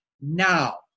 Now